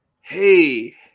Hey